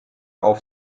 auf